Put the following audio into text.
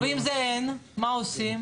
אין, מה עושים?